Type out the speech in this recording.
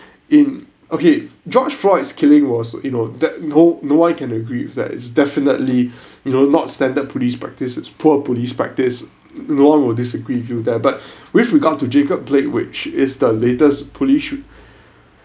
in okay george floyd 's killing was you know that no no one can agree with that it's definitely you know not standard police practice it's poor police practice no one will disagree with you there but with regard to jacob blake which is the latest police shoot